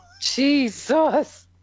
Jesus